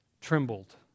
trembled